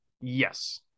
Yes